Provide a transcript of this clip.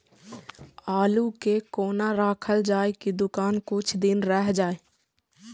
आलू के कोना राखल जाय की कुछ दिन रह जाय?